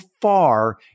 far